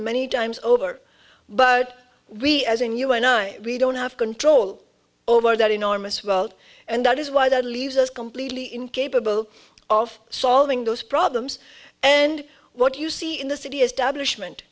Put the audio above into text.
many times over but we as in you and i we don't have control over that enormous wealth and that is why that leaves us completely incapable of solving those problems and what you see in the city